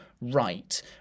right